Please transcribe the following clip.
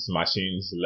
machines